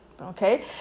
Okay